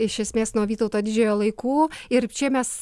iš esmės nuo vytauto didžiojo laikų ir čia mes